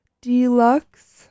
Deluxe